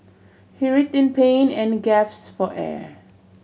he writhed in pain and gaps for air